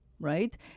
Right